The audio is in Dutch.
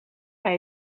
bij